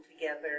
together